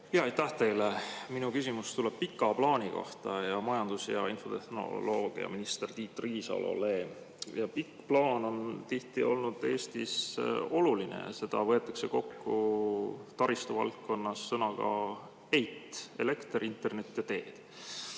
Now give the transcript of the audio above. Jaa, aitäh teile! Minu küsimus tuleb pika plaani kohta majandus- ja infotehnoloogiaminister Tiit Riisalole. Pikk plaan on tihti olnud Eestis oluline ja seda võetakse kokku taristuvaldkonnas sõnaga EIT: elekter, internet ja teed.